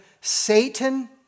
Satan